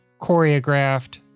choreographed